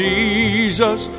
Jesus